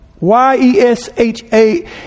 Y-E-S-H-A